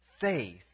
Faith